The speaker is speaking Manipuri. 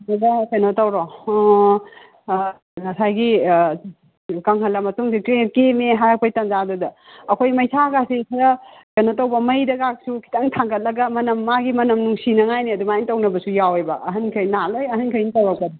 ꯐꯖꯅ ꯀꯩꯅꯣ ꯇꯧꯔꯣ ꯉꯁꯥꯏꯒꯤ ꯀꯪꯍꯜꯂ ꯃꯇꯨꯡꯗ ꯀꯦꯝꯃꯦ ꯍꯥꯏꯔꯛꯄꯩ ꯇꯥꯟꯖꯥꯗꯨꯗ ꯑꯩꯈꯣꯏ ꯃꯩꯁꯥ ꯀꯥꯁꯦ ꯈꯔ ꯀꯩꯅꯣ ꯇꯧꯕ ꯃꯩꯗꯒꯁꯨ ꯈꯤꯇꯪ ꯊꯥꯡꯒꯠꯂꯒ ꯃꯅꯝ ꯃꯥꯒꯤ ꯃꯅꯝ ꯅꯨꯡꯁꯤꯅꯤꯡꯉꯥꯏꯅꯤ ꯑꯗꯨꯃꯥꯏꯅ ꯇꯧꯅꯕꯁꯨ ꯌꯥꯎꯋꯦꯕ ꯑꯍꯟ ꯈꯩꯅ ꯂꯣꯏ ꯑꯍꯟꯈꯩꯅ ꯇꯧꯔꯛꯄꯅꯤ